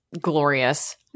glorious